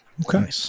Okay